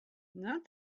not